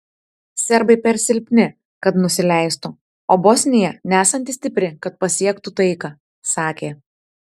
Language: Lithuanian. serbai per silpni kad nusileistų o bosnija nesanti stipri kad pasiektų taiką sakė